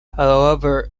however